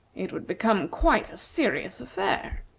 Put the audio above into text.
it would become quite a serious affair.